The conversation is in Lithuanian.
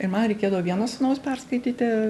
ir man reikėdavo vieno sūnaus perskaityti